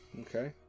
Okay